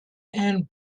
and